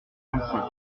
cinquante